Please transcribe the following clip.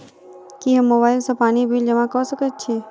की हम मोबाइल सँ पानि बिल जमा कऽ सकैत छी?